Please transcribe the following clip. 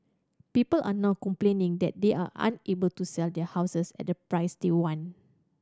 people are now complaining that they are unable to sell their houses at the price they want